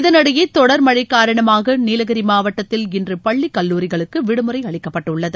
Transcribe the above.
இதனிடையே தொடர் மழை காரணமாக நீலகிரி மாவட்டத்தில் இன்று பள்ளிக் கல்லூரிகளுக்கு விடுமுறை அளிக்கப்பட்டுள்ளது